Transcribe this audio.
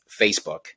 Facebook